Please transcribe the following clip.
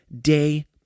day